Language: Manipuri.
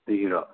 ꯇꯤꯔꯥ